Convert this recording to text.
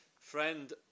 friend